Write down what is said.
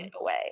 away